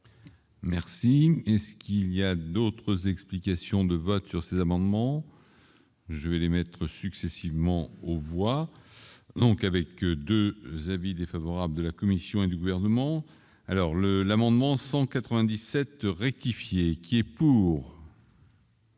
Merci, est ce qu'il y a d'autres explications de vote sur ces amendements, je vais les mettre successivement, on voit donc avec 2 avis défavorables de la Commission et du gouvernement, alors le l'amendement 197 rectifier qui est pour.